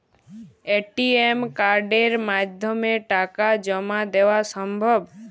ATM কার্ডের মাধ্যমে টাকা জমা দেওয়া সম্ভব?